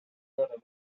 heard